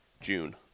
June